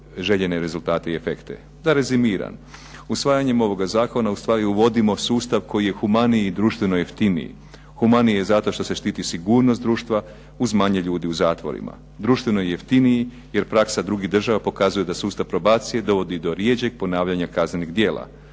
DA rezimiram. Usvajanjem ovog sustava uvodimo zapravo sustav koji je humaniji i društveno jeftiniji. Humaniji je zato što se štiti sigurnost društva uz manje ljudi u zatvorima. Društveno je jeftiniji jer praksa drugih država pokazuje da sustav probacije dovodi do rjeđeg ponavljanja kaznenih djela.